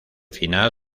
final